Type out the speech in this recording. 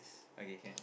okay can